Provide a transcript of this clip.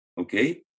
Okay